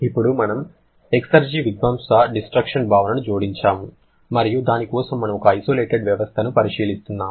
ఇప్పుడు మనము ఎక్సర్జి విధ్వంసడిస్స్ట్రక్షన్ భావనను జోడించాము మరియు దాని కోసం మనము ఒక ఐసోలేటెడ్ వ్యవస్థను పరిశీలిస్తున్నాము